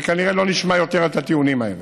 וכנראה לא נשמע יותר את הטיעונים האלה.